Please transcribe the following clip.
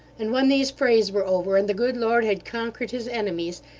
and when these frays were over, and the good lord had conquered his enemies,